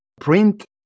print